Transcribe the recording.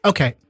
Okay